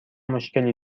مشکلی